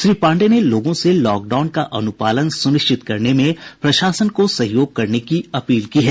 श्री पांडेय ने लोगों से लॉकडाउन का अनुपालन सुनिश्चित करने में प्रशासन को सहयोग करने की अपील की है